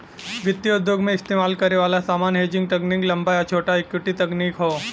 वित्तीय उद्योग में इस्तेमाल करे वाला सामान्य हेजिंग तकनीक लंबा या छोटा इक्विटी तकनीक हौ